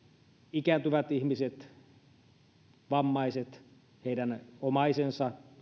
ikääntyvät ihmiset vammaiset heidän omaisensa